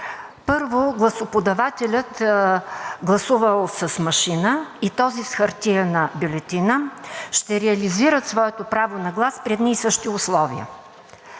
първо, гласоподавателят, гласувал с машина, и този – с хартиена бюлетина, ще реализират своето право на глас при едни и същи условия.